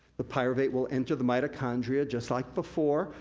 the pyruvate will enter the mitochondria just like before,